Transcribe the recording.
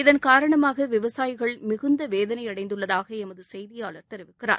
இதன் காரணமாக விவசாயிகள் மிகுந்த வேதனை அடைந்துள்ளதாக எமது செய்தியாளர் தெரிவிக்கிறார்